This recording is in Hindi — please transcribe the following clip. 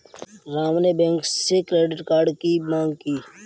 राम ने बैंक से क्रेडिट कार्ड की माँग की